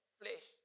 flesh